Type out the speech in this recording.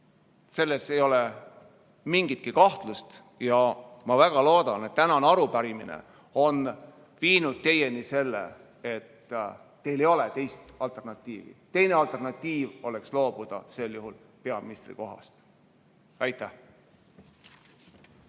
Selles ei ole mingit kahtlust. Ja ma väga loodan, et tänane arupärimine on viinud teieni teadmise, et teil ei ole teist alternatiivi. Teine alternatiiv oleks loobuda peaministri kohast. Aitäh!